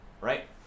right